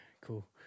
Cool